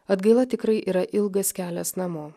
atgaila tikrai yra ilgas kelias namo